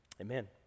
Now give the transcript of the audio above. Amen